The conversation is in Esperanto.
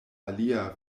alia